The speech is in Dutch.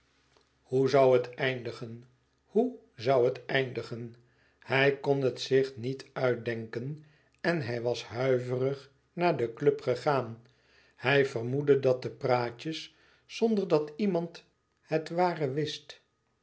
hoe zoû het eindigen hoe zoû het eindigen hij kon het zich niet uitdenken en hij was huivering naar den club te gaan hij vermoedde dat de praatjes zonderdat iemand het ware wist